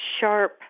sharp